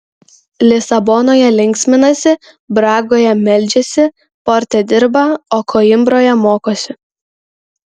lisabonoje linksminasi bragoje meldžiasi porte dirba o koimbroje mokosi